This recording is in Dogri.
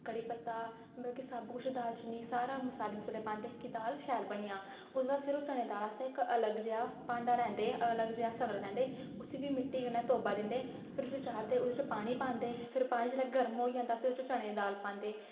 कढ़ी पत्ता मतलब कि सब कुछ दाल चीनी सारा मसाले मसूले पांदे कि दाल शैल बनी जा ओह्दे बाद फिर ओह् चने दा दाल इक अलग जेहा भांडा लैंदे अलग जेहा सगला लैंदे उसी फ्ही मिट्टी कन्नै तोब्बा दिंदे फिर उसी चाढ़दे ओह्दे च पानी पांदे फिर पानी जेल्लै गर्म होई जंदा फिर ओह्दे बिच्च चने दा दाल पांदे